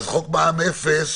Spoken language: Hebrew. חוק מע"מ אפס